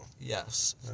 Yes